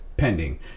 Pending